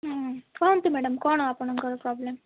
ହୁଁ କୁହନ୍ତୁ ମ୍ୟାଡ଼ାମ୍ କ'ଣ ଆପଣଙ୍କର ପ୍ରୋବ୍ଲେମ୍